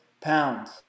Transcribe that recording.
pounds